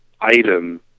item